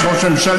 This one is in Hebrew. יש ראש ממשלה,